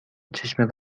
چشم